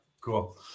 Cool